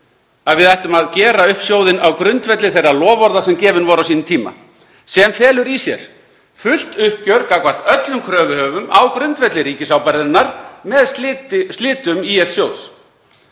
að við ættum að gera upp sjóðinn á grundvelli þeirra loforða sem gefin voru á sínum tíma sem felur í sér fullt uppgjör gagnvart öllum kröfuhöfum á grundvelli ríkisábyrgðarinnar með slitum ÍL-sjóðs.